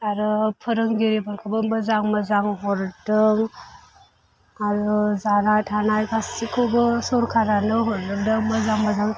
आरो फोरोंगिरिफोरखौबो मोजां मोजां हरदों आरो जानाय थानाय गासिखौबो सोरखारानो हरजोबदों मोजां मोजां